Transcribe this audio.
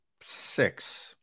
six